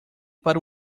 para